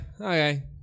Okay